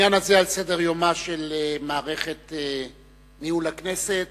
העניין הזה על סדר-יומה של מערכת ניהול הכנסת,